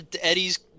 Eddie's